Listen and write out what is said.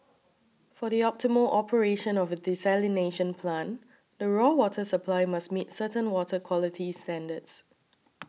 for the optimal operation of a desalination plant the raw water supply must meet certain water quality standards